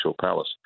palace